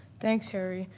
thanks harry.